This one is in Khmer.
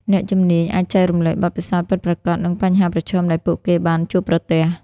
អ្នកជំនាញអាចចែករំលែកបទពិសោធន៍ពិតប្រាកដ និងបញ្ហាប្រឈមដែលពួកគេបានជួបប្រទះ។